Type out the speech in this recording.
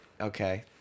okay